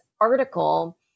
article